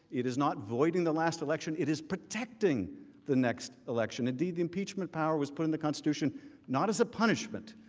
it is not voiding the last election, it is protecting the next election. the the impeachment powers put in the constitution not as a punishment.